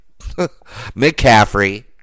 McCaffrey